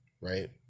right